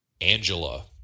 Angela